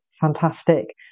fantastic